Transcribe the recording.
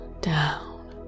down